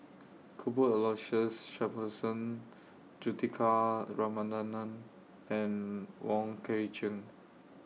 Cuthbert Aloysius Shepherdson Juthika Ramanathan and Wong Kwei Cheong